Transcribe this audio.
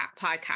podcast